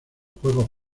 juegos